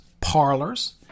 parlors